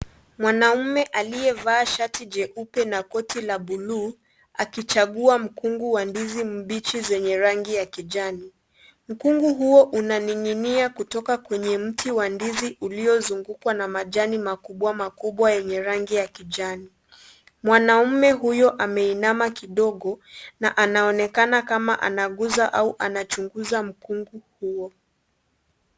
Mwanaume aliyevaa shati jeupe na koti la buluu, akichagua mkungu wa ndizi mbichi zenye rangi ya kijani. Mkungu huo, unaning'inia kutoka kwenye mti wa ndizi uliyozungukwa na majani makubwa makubwa yenye rangi ya kijani. Mwanaume huyo ameinama kidogo na anaonekana kama anaguza ama anachunguza mkungu huo.